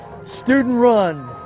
student-run